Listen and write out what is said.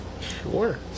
sure